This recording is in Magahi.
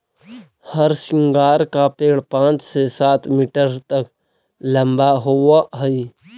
हरसिंगार का पेड़ पाँच से सात मीटर तक लंबा होवअ हई